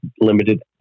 limited